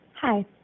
Hi